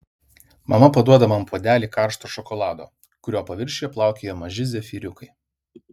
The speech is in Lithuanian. mama paduoda man puodelį karšto šokolado kurio paviršiuje plaukioja maži zefyriukai